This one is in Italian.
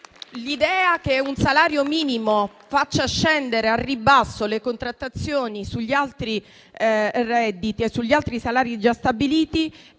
l'idea che un salario minimo faccia rivedere al ribasso le contrattazioni sugli altri redditi e sugli